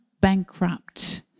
bankrupt